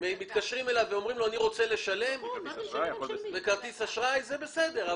מתקשרים אליו ואומרים לו: אני רוצה לשלם בכרטיס אשראי זה בסדר.